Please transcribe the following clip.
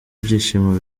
ibyishimo